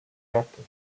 japon